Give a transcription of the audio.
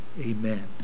Amen